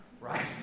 right